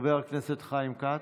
חבר הכנסת חיים כץ,